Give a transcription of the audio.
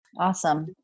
Awesome